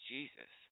Jesus